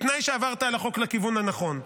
בתנאי שעברת על החוק לכיוון הנכון,